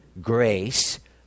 grace